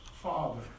father